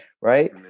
right